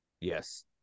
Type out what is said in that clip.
Yes